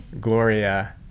Gloria